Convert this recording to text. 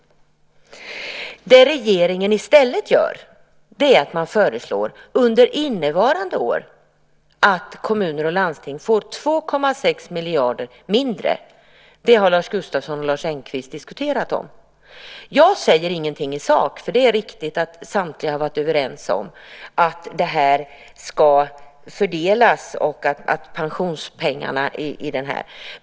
Det som regeringen i stället gör är att under innevarande år föreslå att kommuner och landsting ska få 2,6 miljarder mindre. Det har Lars Gustafsson och Lars Engqvist diskuterat. Jag säger ingenting i sak eftersom det är riktigt att samtliga har varit överens om att detta ska fördelas - även pensionspengarna.